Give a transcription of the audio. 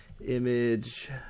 image